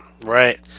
right